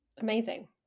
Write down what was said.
Amazing